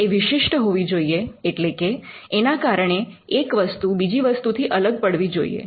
એ વિશિષ્ટ હોવી જોઈએ એટલે કે એના કારણે એક વસ્તુ બીજી વસ્તુ થી અલગ પડવી જોઈએ